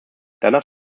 danach